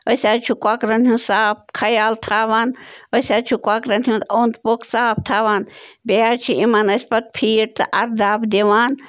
أسۍ حظ چھِ کۄکرَن ہُنٛد صاف خیال تھاوان أسۍ حظ چھِ کۄکرَن ہُنٛد اوٚنٛد پوٚکھ صاف تھاوان بیٚیہِ حظ چھِ یِمَن أسۍ پَتہٕ فیٖڈ تہِ اَرداب دِوان